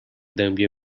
dębie